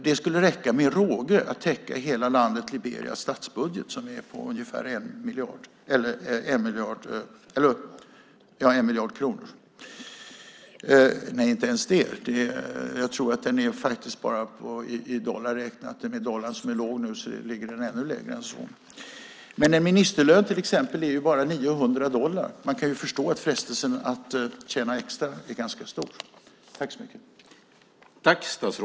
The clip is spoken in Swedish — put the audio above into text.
Det skulle med råge räcka för att täcka hela Liberias statsbudget, som är på ungefär 1 miljard kronor eller ännu mindre - dollarn är ju låg nu. En ministerlön i Liberia är bara 900 dollar. Man kan förstå att frestelsen att tjäna extra är ganska stor.